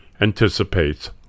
anticipates